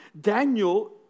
Daniel